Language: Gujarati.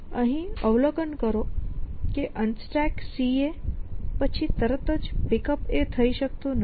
અહીં અવલોકન કરો કે UnstackCA પછી તરત જ Pickup થઈ શકતું નથી